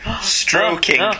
stroking